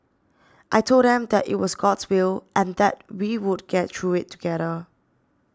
I told them that it was God's will and that we would get through it together